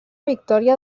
victòria